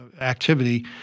activity